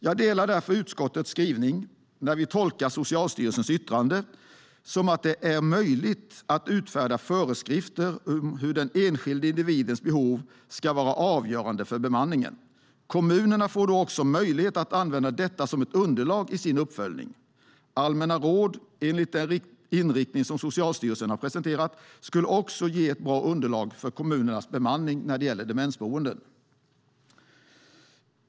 Jag delar därför utskottets skrivning när vi tolkar Socialstyrelsens yttrande som att det är möjligt att utfärda föreskrifter om hur den enskilda individens behov ska vara avgörande för bemanningen. Kommunerna får då även möjlighet att använda detta som underlag i sin uppföljning. Allmänna råd enligt den inriktning som Socialstyrelsen presenterat skulle också ge ett bra underlag för kommunernas bemanning när det gäller demensboenden.